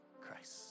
Christ